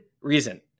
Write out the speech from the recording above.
reason